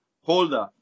Holder